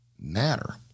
matter